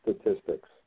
statistics